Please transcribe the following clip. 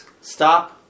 Stop